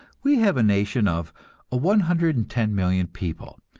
we have a nation of a one hundred and ten million people,